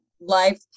life